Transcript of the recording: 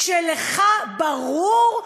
כשלך ברור,